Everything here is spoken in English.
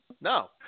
no